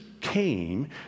came